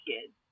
kids